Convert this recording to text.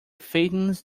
fattens